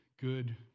good